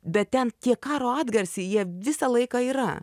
bet ten tie karo atgarsiai jie visą laiką yra